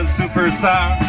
superstar